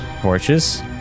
Torches